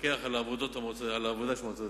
מפקח על העבודה של המועצות הדתיות,